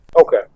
Okay